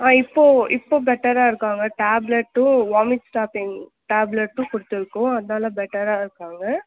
ஆ இப்போ இப்போ பெட்டராக இருக்காங்க டேப்லெட்டும் வாமிட் ஸ்டாப்பிங் டேப்லெட்டும் கொடுத்துருக்கோம் அதனால பெட்டராக இருக்காங்க